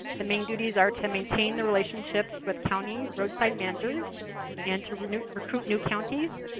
the main duties are to maintain the relationships with county roadside managers and to recruit recruit new counties.